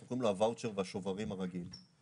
אנחנו קוראים לו הוואוצ'ר והשוברים הרגיל.